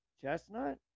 Chestnut